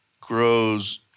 grows